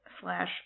slash